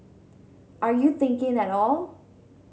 are you thinking at all